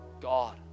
God